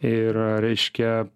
ir reiškia